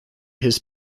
his